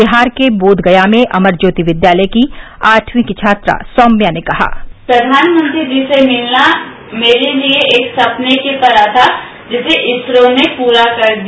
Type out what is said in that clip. बिहार के बोधगया में अमर ज्योति विद्यालय की आठवीं छात्रा सौम्या ने कहा प्रधानमंत्री जी से मिलना मेरे लिए एक सपने की तरह था जिसे इसरो ने पूरा कर दिया